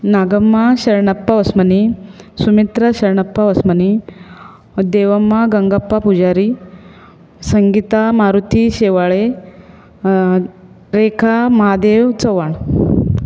Nagamma Sharanappa Osmani Sumitra Osmappa Osmani Devamma Gangappa Pujari Sangeeta Maruti Shivale Rekha Mahadev Chavan